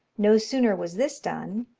no sooner was this done,